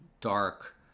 dark